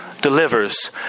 delivers